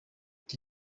iki